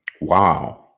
Wow